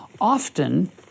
Often